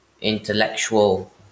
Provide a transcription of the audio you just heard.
intellectual